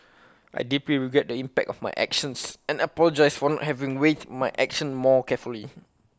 I deeply regret the impact of my actions and apologise for not having weighed my actions more carefully